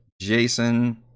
Jason